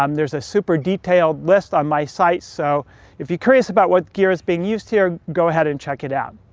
um there's a super detailed list on my site. so if you're curious about what gear is being used here, go ahead and check it out.